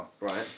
Right